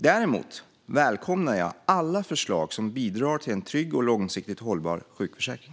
Däremot välkomnar jag alla förslag som bidrar till en trygg och långsiktigt hållbar sjukförsäkring.